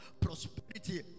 prosperity